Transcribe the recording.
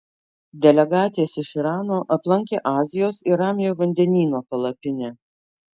delegatės iš irano aplankė azijos ir ramiojo vandenyno palapinę